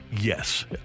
Yes